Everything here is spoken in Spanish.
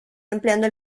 empleando